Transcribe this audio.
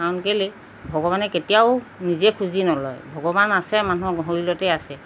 কাৰণ কেলে ভগৱানে কেতিয়াও নিজে খুজি নলয় ভগৱান আছে মানুহৰ শৰীৰতে আছে